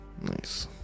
Nice